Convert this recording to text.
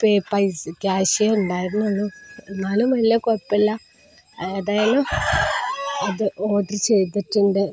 പൈസ ക്യാഷേ ഉണ്ടായിരുന്നുള്ളൂ എന്നാലും വലിയ കുഴപ്പമില്ല ഏതായാലും അത് ഓർഡര് ചെയ്തിട്ടുണ്ട്